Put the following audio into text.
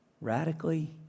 radically